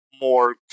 more